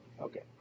Okay